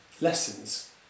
lessons